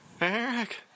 Eric